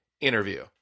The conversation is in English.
interview